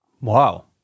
Wow